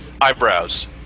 eyebrows